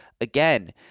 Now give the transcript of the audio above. Again